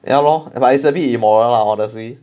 ya lor but actually 一摸 lah honestly